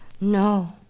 No